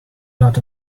not